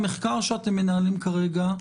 במה עוסק המחקר שאתם מנהלים כרגע?